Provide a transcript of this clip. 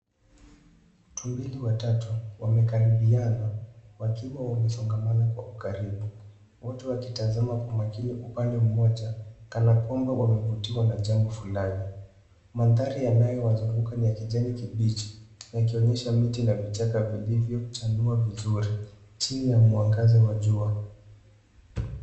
Tumbili watatu wamekaribiana, wakiwa wamesongamana kwa ukaribu, wote wakitazama kwa makini upande mmoja kana kwamba wamevutiwa na jambo flani. Mandhari yanayowazunguka ni ya kijani kibichi, yakionyesha miti na vichaka vilivyochanua vizuri chini ya mwangaza wa jua.